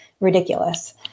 ridiculous